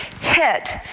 Hit